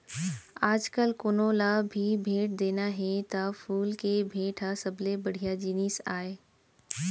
आजकाल कोनों ल भी भेंट देना हे त फूल के भेंट ह सबले बड़िहा जिनिस आय